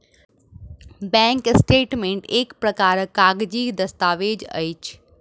bank statement एक प्रकारक कागजी दस्तावेज अछि